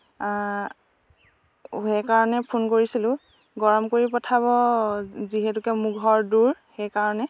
সেইকাৰণে ফোন কৰিছিলোঁ গৰম কৰি পঠাব যিহেতুকে মোৰ ঘৰ দূৰ সেইকাৰণে